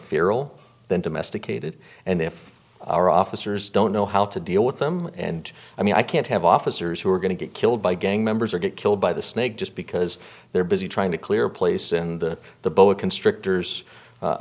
fearful than domesticated and if our officers don't know how to deal with them and i mean i can't have officers who are going to get killed by gang members or get killed by the snake just because they're busy trying to clear a place in the the boa constrictors